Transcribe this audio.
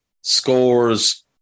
scores